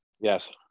Yes